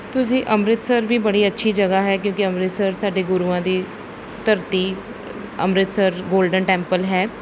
ਤੁਸੀਂ ਅੰਮ੍ਰਿਤਸਰ ਵੀ ਬੜੀ ਅੱਛੀ ਜਗ੍ਹਾ ਹੈ ਕਿਉਂਕਿ ਅੰਮ੍ਰਿਤਸਰ ਸਾਡੇ ਗੁਰੂਆਂ ਦੀ ਧਰਤੀ ਅੰਮ੍ਰਿਤਸਰ ਗੋਲਡਨ ਟੈਂਪਲ ਹੈ